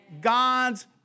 God's